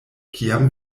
kiam